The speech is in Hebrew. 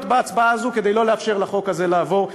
בהצבעה הזו כדי שלא לאפשר לחוק הזה לעבור,